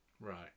Right